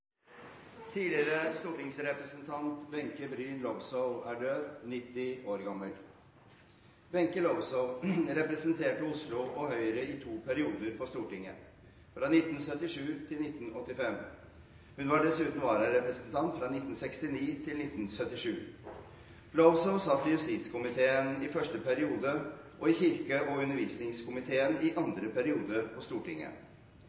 Tidligere stortingsrepresentant Wenche Bryn Lowzow er død, 90 år gammel. Wenche Lowzow representerte Oslo og Høyre i to perioder på Stortinget, fra 1977 til 1985. Hun var dessuten vararepresentant fra 1969 til 1977. Lowzow satt i justiskomiteen i første periode og i kirke- og undervisningskomiteen i andre periode på Stortinget.